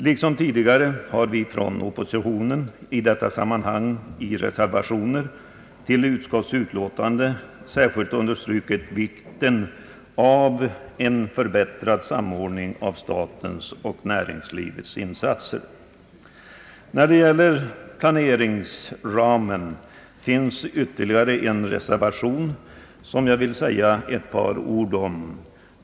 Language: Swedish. Liksom tidigare har vi från oppositionen, i detta sammanhang i reservationer till utskottsutlåtandet, särskilt understrukit vikten av en förbättrad samordning av statens och näringslivets insatser. Beträffande planeringsramen finns ytterligare en reservation, som jag vill säga några ord om.